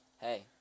Hey